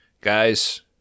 Guys